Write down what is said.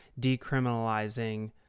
decriminalizing